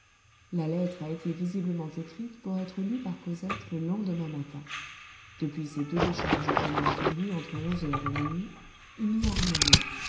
la lettre a été visiblement écrite pour être lue par cosette le lendemain matin depuis ces deux décharges qu'on a entendues entre onze heures et minuit il n'y a rien eu